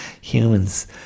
humans